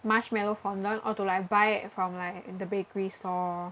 marshmallow fondant or to like buy it from like the bakery store